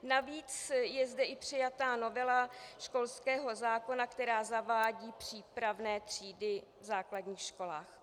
Navíc je zde i přijatá novela školského zákona, která zavádí přípravné třídy v základních školách.